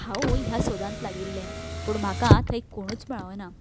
हांव ह्या सोदांत लागिल्लें पूण म्हाका थंय कोणूच मेळोना